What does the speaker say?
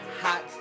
hot